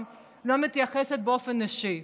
אני לא מתייחסת באופן אישי,